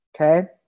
Okay